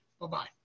Bye-bye